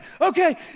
okay